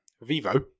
Vivo